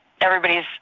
everybody's